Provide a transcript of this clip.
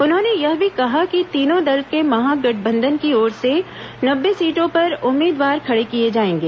उन्होंने यह भी कहा कि तीनों दल के महागठबंधन की ओर से नब्बे सीटों पर उम्मीदवार खड़े किए जाएंगे